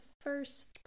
first